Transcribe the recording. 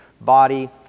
body